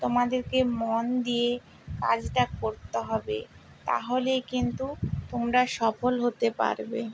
তোমাদেরকে মন দিয়ে কাজটা করতে হবে তাহলেই কিন্তু তোমরা সফল হতে পারবে